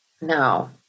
no